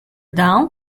down